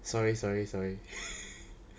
sorry sorry sorry